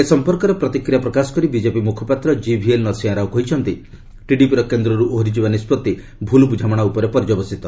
ଏ ସମ୍ପର୍କରେ ପ୍ରତିକ୍ରିୟା ପ୍ରକାଶ କରି ବିକେପି ମୁଖପାତ୍ର କିଭିଏଲ୍ ନରସିଂହା ରାଓ କହିଛନ୍ତି ଟିଡିପିର କେନ୍ଦ୍ରରୁ ଓହରିଯିବା ନିଷ୍ପଭି ଭୁଲ୍ ବ୍ରଝାମଣା ଉପରେ ପର୍ଯ୍ୟବସିତ